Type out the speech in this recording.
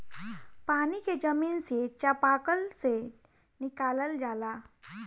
पानी के जमीन से चपाकल से निकालल जाला